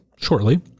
shortly